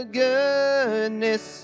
goodness